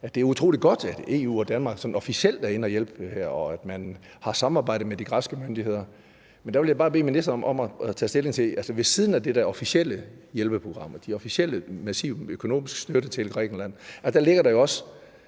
utrolig godt, at EU og Danmark sådan officielt er inde og hjælpe her, og at man har samarbejde med de græske myndigheder. Men der vil jeg bare bede ministeren om at tage stilling. Altså ved siden af det der officielle hjælpeprogram, den officielle, massive økonomiske støtte til Grækenland, ligger der jo også